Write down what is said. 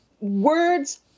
words